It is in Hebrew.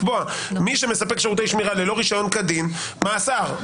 לקבוע: מי שמספק שירותי שמירה ללא רישיון כדין מאסר,